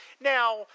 now